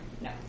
No